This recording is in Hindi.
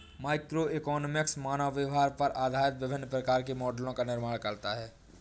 माइक्रोइकोनॉमिक्स मानव व्यवहार पर आधारित विभिन्न प्रकार के मॉडलों का निर्माण करता है